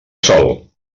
sol